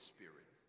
Spirit